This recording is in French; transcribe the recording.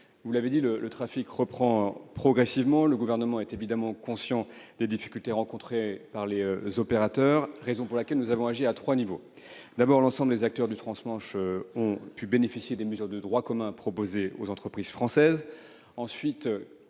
Vous l'avez dit, le trafic reprend progressivement. Le Gouvernement est évidemment conscient des difficultés rencontrées par les opérateurs. C'est la raison pour laquelle nous avons agi à trois niveaux. Tout d'abord, l'ensemble des acteurs du transport transmanche ont pu bénéficier des mesures de droit commun proposées aux entreprises françaises. Ensuite,